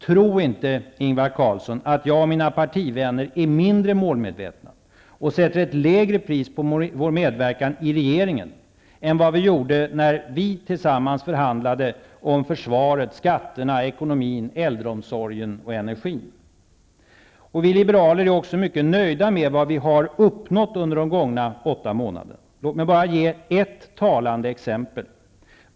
Tro inte, Ingvar Carlsson, att jag och mina partivänner är mindre målmedvetna och sätter ett lägre pris på vår medverkan i regeringen än vad vi gjorde när vi tillsammans förhandlade om försvaret, skatterna, ekonomin, äldreomsorgen och energin. Vi liberaler är också mycket nöjda med vad vi uppnått under de gångna åtta månaderna. Låt mig bara ge ett talande exempel.